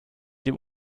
dem